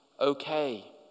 okay